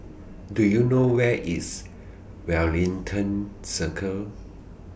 Do YOU know Where IS Wellington Circle